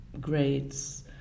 grades